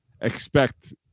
expect